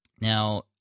Now